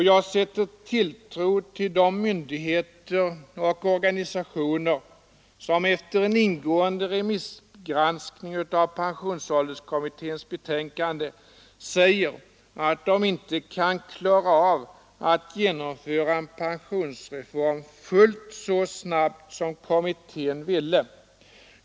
Jag sätter tilltro till de myndigheter och organisationer som efter en ingående remissgranskning av pensionsålderkommitténs betänkande säger att de inte kan klara av att genomföra en pensionsreform fullt så snabbt som kommittén ville.